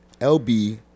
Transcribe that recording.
LB